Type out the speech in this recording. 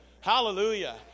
Hallelujah